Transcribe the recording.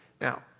Now